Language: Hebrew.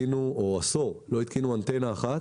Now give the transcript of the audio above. כעשור לא התקינו אנטנה אחת.